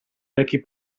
vecchi